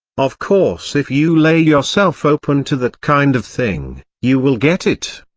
of course if you lay yourself open to that kind of thing, you will get it.